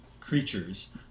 creatures